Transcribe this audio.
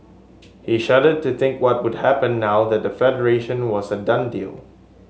he shuddered to think what would happen now that the Federation was a done deal